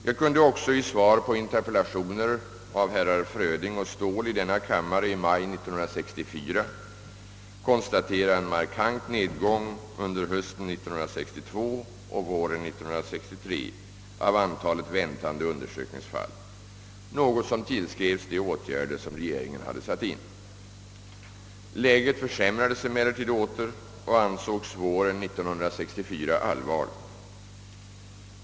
Jag kunde också i svar på interpellationer av herrar Fröding och Ståhl i denna kammare i maj 1964 konstatera en markant nedgång under hösten 1962 och våren 1963 av antalet väntande undersökningsfall, något som tillskrevs de åtgärder som regeringen hade satt in. Läget försämrades emellertid åter och ansågs våren 1964 allvarligt.